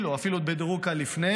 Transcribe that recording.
או אפילו בדירוג קל לפני,